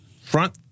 front